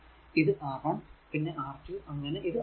ഇത് R 1 പിന്നെ R 2 അങ്ങനെ ഇത് Rn